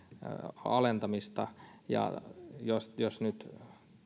alentamista ja jos jos nyt